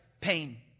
pain